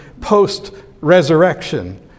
post-resurrection